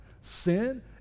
sin